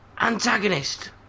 Antagonist